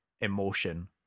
emotion